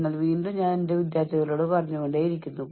നിങ്ങളുടെ മേലുദ്യോഗസ്ഥൻ പ്രതിജ്ഞാബദ്ധനായിരിക്കാം